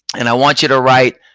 and i want you to write